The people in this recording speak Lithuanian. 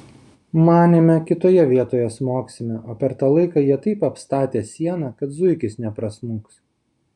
manėme kitoje vietoj smogsime o per tą laiką jie taip apstatė sieną kad zuikis neprasmuks